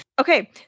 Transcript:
Okay